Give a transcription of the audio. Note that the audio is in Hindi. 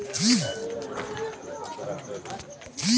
हम ऑनलाइन ऋण को कैसे चुकता कर सकते हैं?